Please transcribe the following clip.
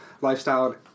lifestyle